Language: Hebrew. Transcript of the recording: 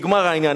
נגמר העניין.